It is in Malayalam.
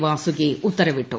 വാസുകി ഉത്തരവിട്ടു